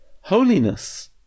holiness